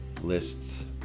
lists